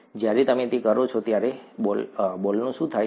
જ્યારે તમે તે કરો છો ત્યારે બોલનું શું થાય છે